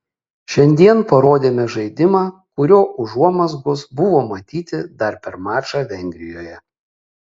šiandien parodėme žaidimą kurio užuomazgos buvo matyti dar per mačą vengrijoje